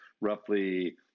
roughly